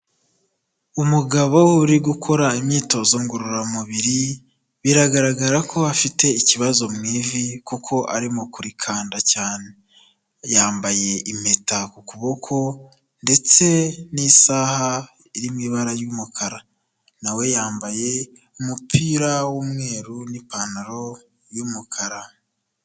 Umugabo uri gukora imyitozo ngororamubiri biragaragara ko afite ikibazo mu ivi kuko arimo kurikanda cyane. Yambaye impeta ku kuboko ndetse n'isaha iri mu ibara ry'umukara, nawe yambaye umupira w'umweru n'ipantaro y'umukara.